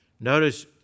Notice